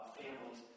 families